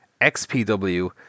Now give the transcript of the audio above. XPW